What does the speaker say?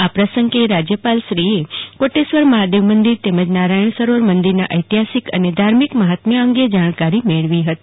આ પ્રસંગે રાજ્યપાલ શ્રી આચાર્યજીએ કોટેશ્વર મફાદેવ મંદિર તેમજ નારાયણ સરોવર મંદિરના ઐતિફાસિક તેમજ ધાર્મિક મહાત્મ્ય અંગે જાણકારી મેળવી હતી